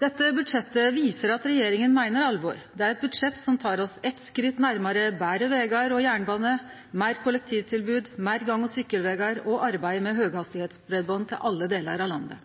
Dette budsjettet viser at regjeringa meiner alvor. Det er eit budsjett som tek oss eitt skritt nærare betre vegar og jernbane, meir kollektivtilbod, meir gang- og sykkelvegar og arbeid med høghastigheitsbreiband til alle delar av landet.